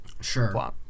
sure